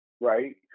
Right